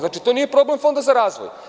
Znači, to nije problem Fonda za razvoj.